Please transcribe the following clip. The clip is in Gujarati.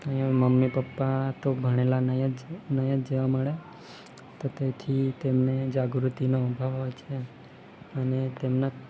અહીંયાં મમ્મી પપ્પા તો ભણેલા નહીં જ નહીં જ જોવા મળે તો તેથી તેમને જાગૃતિનો અભાવ હોય છે અને તેમના